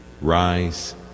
Rise